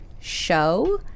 show